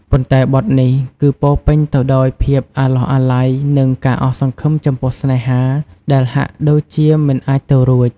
ប៉ុន្តែបទនេះ គឺពោរពេញទៅដោយភាពអាឡោះអាល័យ និងការអស់សង្ឃឹមចំពោះស្នេហាដែលហាក់ដូចជាមិនអាចទៅរួច។